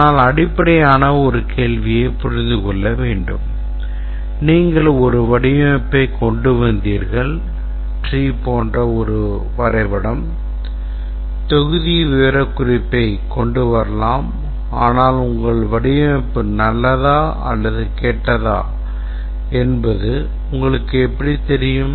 ஆனால் அடிப்படையான ஒரு கேள்வியைப் புரிந்துகொள்ள முயற்சிப்போம் நீங்கள் ஒரு வடிவமைப்பைக் கொண்டு வந்தீர்கள் tree போன்ற ஒரு வரைபடம் தொகுதி விவரக்குறிப்பைக் கொண்டு வரலாம் ஆனால் உங்கள் வடிவமைப்பு நல்லதா அல்லது கெட்டதா என்பது உங்களுக்கு எப்படித் தெரியும்